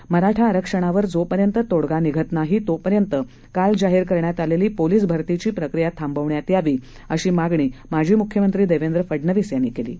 तत्पूर्वी मराठा आरक्षणावर जोपर्यंत तोडगा निघत नाही तोपर्यंत काल जाहीर करण्यात आलेली पोलीस भरतीची प्रक्रीया थांबवण्यात यावी अशी मागणी माजी मुख्यमंत्री देवेंद्र फडणवीस यांनी केली आहे